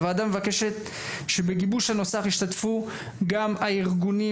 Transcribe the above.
הוועדה מבקשת שבגיבוש הנוסח ישותפו גם הארגונים